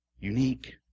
Unique